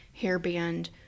hairband